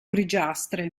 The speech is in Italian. grigiastre